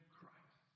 Christ